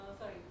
Sorry